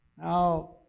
Now